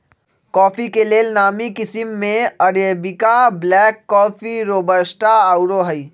coffee के लेल नामी किशिम में अरेबिका, ब्लैक कॉफ़ी, रोबस्टा आउरो हइ